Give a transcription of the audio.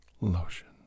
lotion